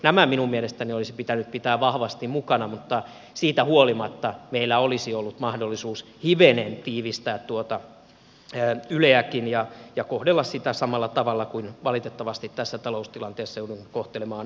nämä minun mielestäni olisi pitänyt pitää vahvasti mukana mutta siitä huolimatta meillä olisi ollut mahdollisuus hivenen tiivistää tuota yleäkin ja kohdella sitä samalla tavalla kuin valitettavasti tässä taloustilanteessa joudumme kohtelemaan muita